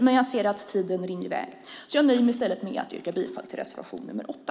Men jag ser att tiden rinner i väg, så jag nöjer mig med att yrka bifall till reservation 8.